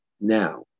Now